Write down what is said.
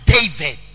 David